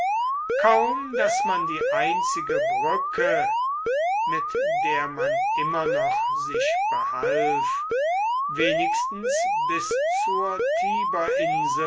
kaum daß man die einzige brücke mit der man immer noch sich behalf wenigstens bis zur